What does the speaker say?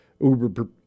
Uber